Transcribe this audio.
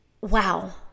Wow